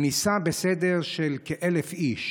זאת כניסה בסדר גודל של כ-1,000 איש,